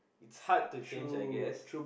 it's hard to change I guess